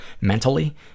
mentally